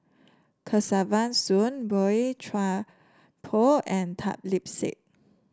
Kesavan Soon Boey Chuan Poh and Tan Lip Seng